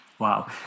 Wow